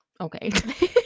Okay